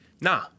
nah